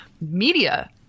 media –